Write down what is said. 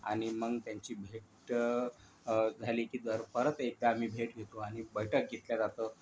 आणि मग त्यांची भेट झाली की जर परत एकदा आम्ही भेट घेतो आणि बैठक घेतल्या जातो